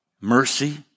mercy